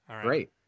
great